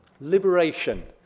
Liberation